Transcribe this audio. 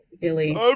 Billy